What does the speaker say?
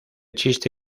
chiste